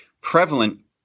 prevalent